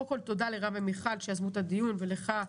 קודם כל, תודה לרם ומיכל שיזמו את הדיון ולך,